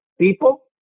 people